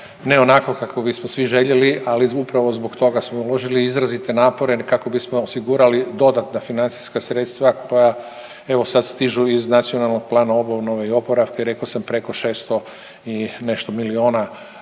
ne onako kako bismo svi željeli, ali upravo zbog toga smo uložili izrazite napore kako bismo osigurali dodatna financijska sredstva koja evo sad stižu iz NPOO-a i rekao sam preko 600 i nešto milijuna